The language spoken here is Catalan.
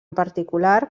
particular